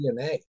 DNA